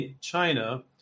China